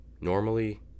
Normally